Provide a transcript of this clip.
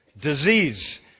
disease